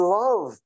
love